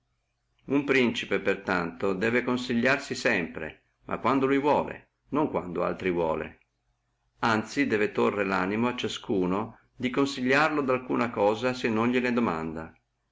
uno principe per tanto debbe consigliarsi sempre ma quando lui vuole e non quando vuole altri anzi debbe tòrre animo a ciascuno di consigliarlo dalcuna cosa se non gnene domanda